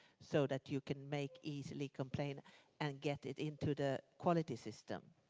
so that you can make easily complain and get it into the quality system